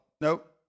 Nope